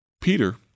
Peter